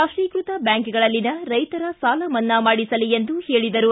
ರಾಷ್ಷೀಕೃತ ಬ್ಯಾಂಕ್ಗಳಲ್ಲಿನ ರೈತರ ಸಾಲ ಮನ್ನಾ ಮಾಡಿಸಲಿ ಎಂದರು